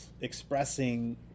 expressing